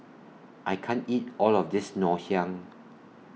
I can't eat All of This Ngoh Hiang